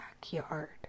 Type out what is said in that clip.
backyard